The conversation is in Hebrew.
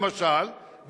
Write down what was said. למשל,